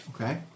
Okay